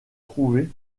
trouvé